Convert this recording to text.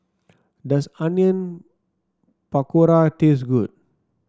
does Onion Pakora taste good